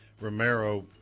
Romero